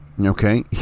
Okay